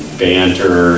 banter